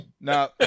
Now